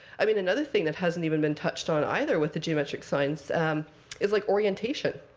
i mean, another thing that hasn't even been touched on either with the geometric signs is like orientation.